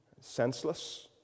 senseless